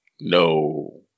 No